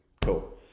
Cool